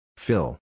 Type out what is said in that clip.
Fill